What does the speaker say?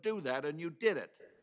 do that and you did it